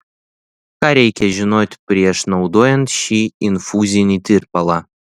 ką reikia žinoti prieš naudojant šį infuzinį tirpalą